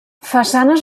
façanes